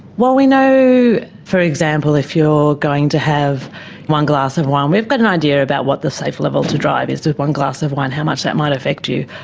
well, we know, for example, if you are going to have one glass of wine, we've got an idea about what the safe level to drive is with one glass of wine, how much that might affect you.